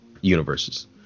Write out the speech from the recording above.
universes